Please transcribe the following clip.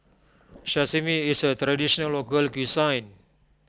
Sashimi is a Traditional Local Cuisine